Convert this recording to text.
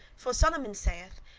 for solomon saith,